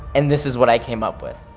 and this is what i came up with.